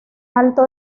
alto